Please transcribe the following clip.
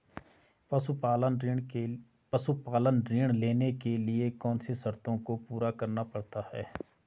पशुपालन ऋण लेने के लिए कौन सी शर्तों को पूरा करना पड़ता है?